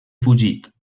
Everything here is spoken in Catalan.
fugit